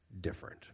different